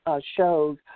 shows